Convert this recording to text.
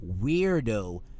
Weirdo